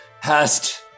hast